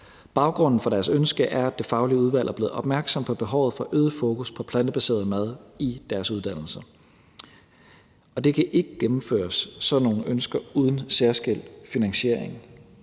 Baggrunden for deres ønske er, at det faglige udvalg er blevet opmærksom på behovet for øget fokus på plantebaseret mad i deres uddannelser. Sådan nogle ønsker kan ikke gennemføres uden særskilt finansiering,